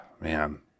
man